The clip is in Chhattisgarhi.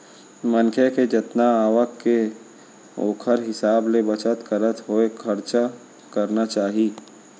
मनखे के जतना आवक के ओखर हिसाब ले बचत करत होय खरचा करना चाही